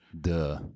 Duh